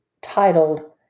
titled